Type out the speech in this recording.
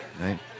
right